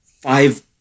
five